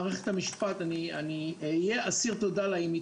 מערכת המשפט אני אהיה אסיר תודה לה אם היא